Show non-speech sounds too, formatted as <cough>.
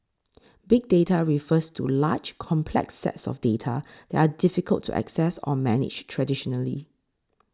<noise> big data refers to large complex sets of data that are difficult to access or manage traditionally